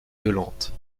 violentes